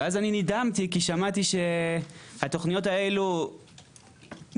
ואז אני נדהמתי כי שמעתי שהתוכניות האלו נסגרו,